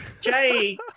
Jay